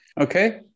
Okay